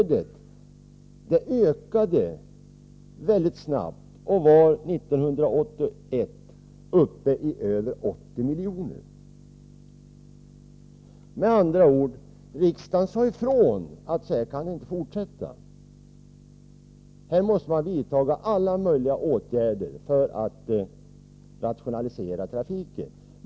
Detta stöd ökade väldigt snabbt och var 1981 uppe i över 80 milj.kr. Riksdagen sade då ifrån: Så här kan det inte fortsätta. Alla möjliga åtgärder måste vidtas för att rationalisera trafiken.